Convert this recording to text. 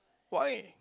why